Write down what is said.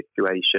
situation